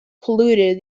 polluted